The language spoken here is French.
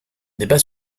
débat